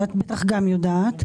ואת בטח גם יודעת,